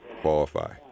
qualify